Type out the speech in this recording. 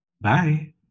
Bye